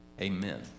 Amen